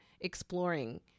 exploring